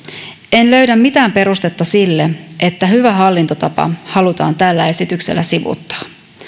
en löydä mitään perustetta sille että hyvä hallintotapa halutaan tällä esityksellä sivuuttaa